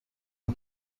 این